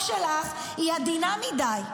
אני אתן לך דוגמה: